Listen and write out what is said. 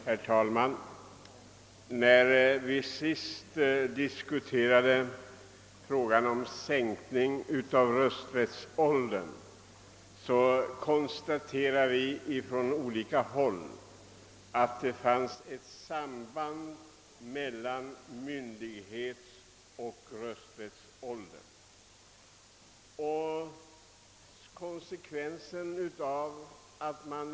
Herr talman! När vi senast diskuterade frågan om sänkning av rösträttsåldern konstaterade vi på olika håll att det fanns ett samband mellan myn dighetsoch rösträttsålder.